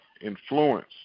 influence